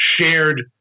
shared